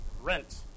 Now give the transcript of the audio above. rent